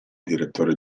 direttore